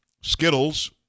Skittles